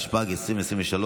התשפ"ג 2023,